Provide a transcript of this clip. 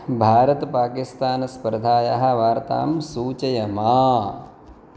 भारतपाकिस्तानस्पर्धायाः वार्तां सूचय माम्